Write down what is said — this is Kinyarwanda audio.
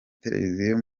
televiziyo